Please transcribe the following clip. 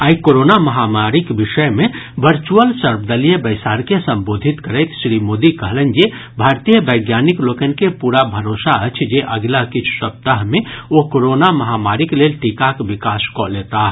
आइ corona महामारीक विषय मे वर्चुअल सर्वदलीय बैसार के संबोधित करैत श्री मोदी कहलनि जे भारतीय वैज्ञानिक लोकनि के पूरा भरोसा अछि जे अगिला किछु सप्ताह मे ओ कोरोना महामारीक लेल टीकाक विकास कऽ लेताह